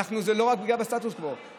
זו לא רק פגיעה בסטטוס קוו.